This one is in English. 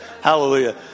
Hallelujah